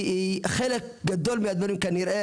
כי חלק גדול מהדברים כאן,